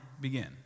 begin